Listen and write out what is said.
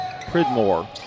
Pridmore